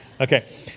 Okay